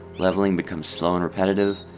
leveling becomes slow and repetitive.